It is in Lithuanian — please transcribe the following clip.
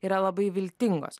yra labai viltingos